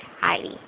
Heidi